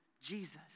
Jesus